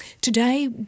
today